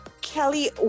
Kelly